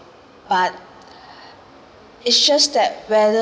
but it's just that whether